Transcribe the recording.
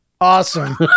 Awesome